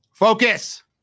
Focus